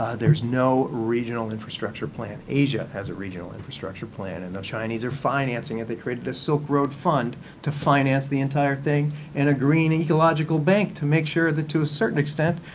ah there's no regional infrastructure plan. asia has a regional infrastructure plan, and the chinese are financing it. they created the silk road fund to finance the entire thing and a green ecological bank to make sure that to a certain extent,